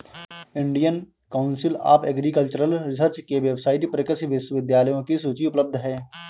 Indian council of agricultural research के website पर कृषि विश्वविद्यालयों की सूची उपलब्ध है